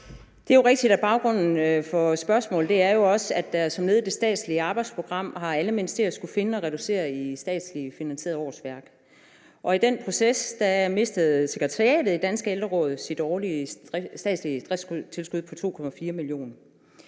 Det er rigtigt, at baggrunden for spørgsmålet jo også er, at som led i det statslige arbejdsprogram har alle ministerier skullet finde og reducere i statsligt finansierede årsværk. I den proces mistede sekretariatet i Danske Ældreråd sit årlige statslige driftstilskud på 2,4 mio.